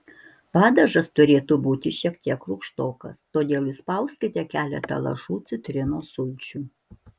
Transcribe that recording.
padažas turėtų būti šiek tiek rūgštokas todėl įspauskite keletą lašų citrinos sulčių